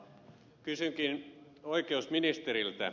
kysynkin oikeusministeriltä